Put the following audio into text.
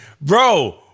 bro